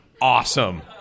awesome